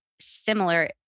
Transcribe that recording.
similar